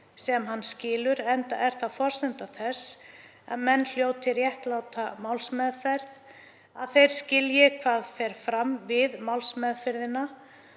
sem hann skilur enda er það forsenda þess að menn hljóti réttláta málsmeðferð að þeir skilji hvað fer fram við málsmeðferðina.